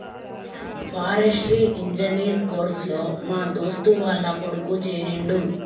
forestry engineer course లో మా దోస్తు వాళ్ల కొడుకు చేరిండు